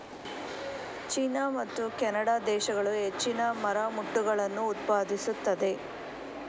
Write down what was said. China ಮತ್ತು Canada ದೇಶಗಳು ಹೆಚ್ಚಿನ ಮರಮುಟ್ಟುಗಳನ್ನು ಉತ್ಪಾದಿಸುತ್ತದೆ